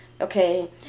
Okay